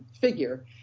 figure